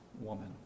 woman